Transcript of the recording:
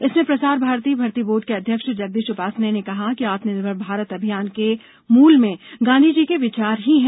इसमें प्रसार भारती भर्ती बोर्ड के अध्यक्ष जगदीश उपासने ने कहा कि आत्मनिर्भर भारत अभियान के मूल में गांधीजी के विचार ही हैं